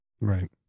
right